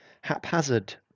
haphazard